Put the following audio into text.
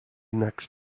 next